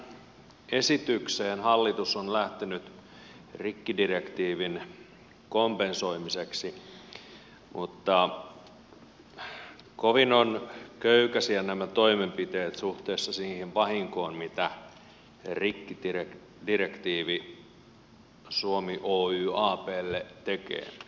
tähän esitykseen hallitus on lähtenyt rikkidirektiivin kompensoimiseksi mutta kovin ovat köykäisiä nämä toimenpiteet suhteessa siihen vahinkoon mitä rikkidirektiivi suomi oy ablle tekee